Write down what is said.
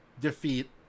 Defeat